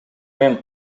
мен